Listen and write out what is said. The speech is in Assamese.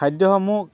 খাদ্যসমূহ